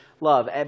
love